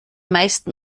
meisten